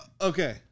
Okay